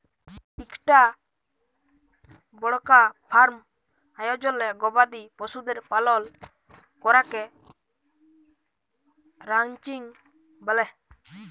ইকটা বড়কা ফার্ম আয়জলে গবাদি পশুদের পালল ক্যরাকে রানচিং ব্যলে